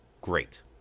great